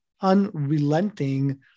unrelenting